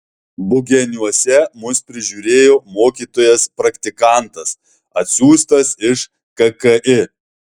bugeniuose mus prižiūrėjo mokytojas praktikantas atsiųstas iš kki